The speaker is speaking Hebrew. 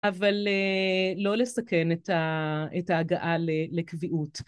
אבל לא לסכן את ההגעה לקביעות.